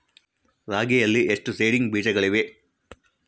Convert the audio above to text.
ರಾಗಿಯಲ್ಲಿ ಎಷ್ಟು ಸೇಡಿಂಗ್ ಬೇಜಗಳಿವೆ?